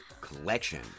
Collection